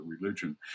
religion